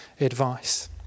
advice